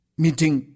meeting